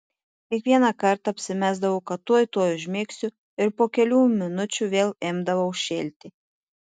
kiekvieną kartą apsimesdavau kad tuoj tuoj užmigsiu ir po kelių minučių vėl imdavau šėlti